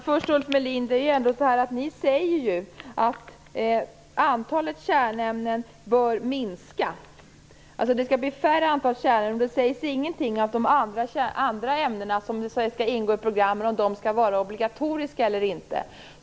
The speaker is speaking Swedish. Fru talman! Ni säger ju att antalet kärnämnen bör minska. Det skall bli färre kärnämnen, men det sägs ingenting om de andra ämnen som skall ingå i programmen skall vara obligatoriska eller inte.